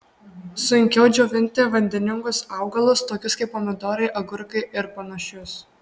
sunkiau džiovinti vandeningus augalus tokius kaip pomidorai agurkai ir panašius